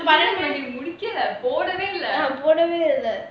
முடிக்கிற போடவே இல்ல ஆமா போடவே இல்ல:mudikira podavae illa aamaa podavae illa